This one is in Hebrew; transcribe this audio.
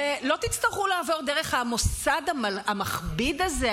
ולא תצטרכו לעבור דרך המוסד המכביד הזה,